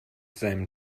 seinem